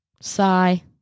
Sigh